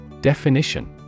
Definition